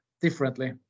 differently